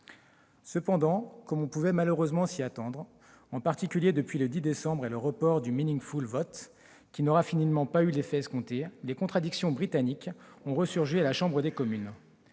Cependant, comme on pouvait malheureusement s'y attendre, en particulier depuis le 10 décembre et le report du, qui n'aura finalement pas eu l'effet escompté, les contradictions britanniques ont resurgi à la Chambre des communes.